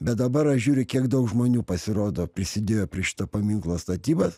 bet dabar aš žiūriu kiek daug žmonių pasirodo prisidėjo prie šito paminklo statybos